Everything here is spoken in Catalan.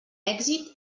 èxit